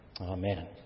Amen